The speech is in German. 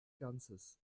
ganzes